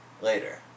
Later